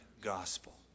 gospel